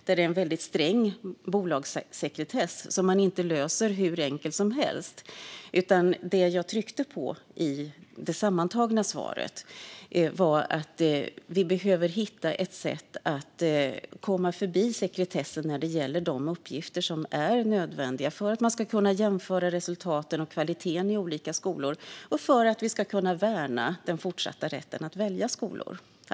Där är det en väldigt sträng bolagssekretess som man inte löser hur enkelt som helst. Det jag tryckte på i det sammantagna svaret var att vi behöver hitta ett sätt att komma förbi sekretessen när det gäller de uppgifter som är nödvändiga för att man ska kunna jämföra resultaten och kvaliteten i olika skolor och för att vi ska kunna värna den fortsatta rätten att välja skola.